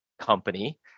company